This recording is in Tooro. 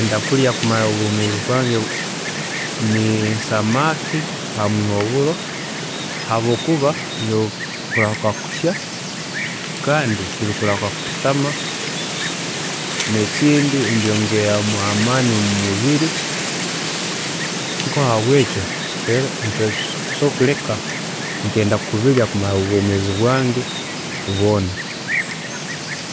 Ekinkwenda kurya kumara obwomeezi bwange niyo ensamaaki hamu noburo habwokuba bikurahuka kushya kandi tibikurahuka kukutama, nekindi nibyongera amaani mumubiri, nahabwekyo nikyo kindetera kwenda kubirya kumara obwomeezi bwange bwoona